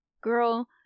girl